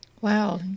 Wow